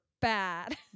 bad